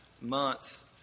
month